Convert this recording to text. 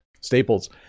Staples